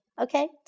Okay